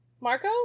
Marco